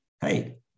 hey